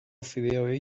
fideoei